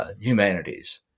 Humanities